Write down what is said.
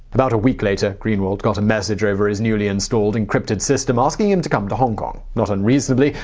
about a week later, greenwald got a message over his newly-installed encrypted system, asking him to come to hong kong. not unreasonably,